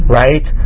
right